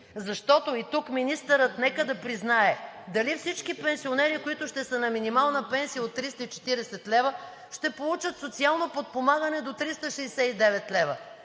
защото и тук министърът нека да признае дали всички пенсионери, които ще са на минимална пенсия от 340 лв., ще получат социално подпомагане до 369 лв.